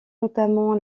notamment